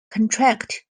contract